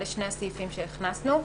אלה שני הסעיפים שהכנסנו.